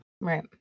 right